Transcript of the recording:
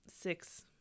six